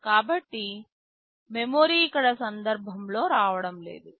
కాబట్టి మెమరీ ఇక్కడ సందర్భంలో రావడం లేదు